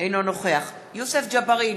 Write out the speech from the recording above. אינו נוכח יוסף ג'בארין,